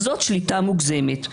זאת שליטה מוגזמת.